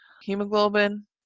hemoglobin